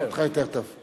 כבר שומעים אותך יותר טוב.